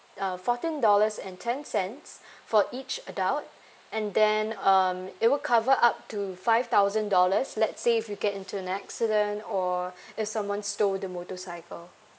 uh fourteen dollars and ten cents for each adult and then um it will cover up to five thousand dollars let's say if you get into an accident or if someone stole the motorcycle